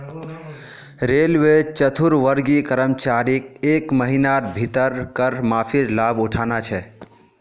railway चतुर्थवर्गीय कर्मचारीक एक महिनार भीतर कर माफीर लाभ उठाना छ